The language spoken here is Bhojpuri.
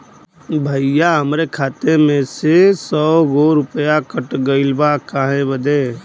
भईया हमरे खाता मे से सौ गो रूपया कट गइल बा काहे बदे?